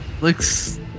looks